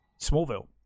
Smallville